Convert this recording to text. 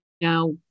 Now